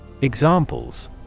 Examples